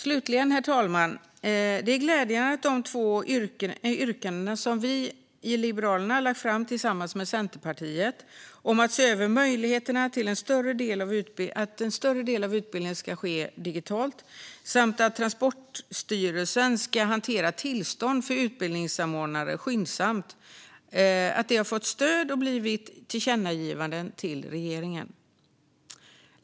Slutligen, herr talman, är det glädjande att de två yrkanden som vi i Liberalerna lagt fram tillsammans med Centerpartiet om att se över möjligheterna att en större del av utbildningen ska ske digitalt samt om att Transportstyrelsen ska hantera tillstånd för utbildningsanordnare skyndsamt har fått stöd och blivit tillkännagivanden till regeringen.